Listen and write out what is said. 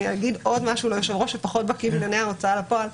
אני אומר עוד משהו ליושב ראש שפחות בקי בענייני ההוצאה לפועל.